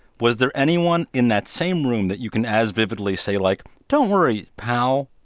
was there anyone in that same room that you can as vividly say, like, don't worry, pal,